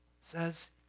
says